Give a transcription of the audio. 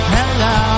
Hello